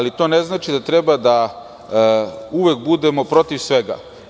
To ne znači da treba da uvek budemo protiv svega.